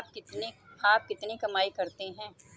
आप कितनी कमाई करते हैं?